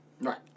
Right